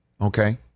okay